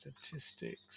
statistics